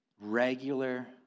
regular